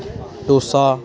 dosa